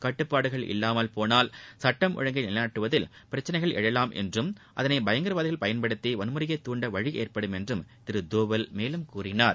கட்டுப்பாடுகள் இல்லாமல் போனால் சட்டம் ஒழுங்கை நிலைநாட்டுவதில் பிரச்சனைகள் எழலாம் என்றும் அதனை பயங்கரவாதிகள் பயன்படுத்தி வன்முறைக்கு தூண்ட வழி ஏற்படும் என்று திரு தோவல் மேலும் கூறினார்